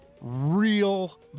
real